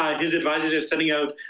um his advisors are sending out,